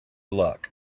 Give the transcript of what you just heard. luck